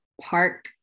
park